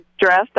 dressed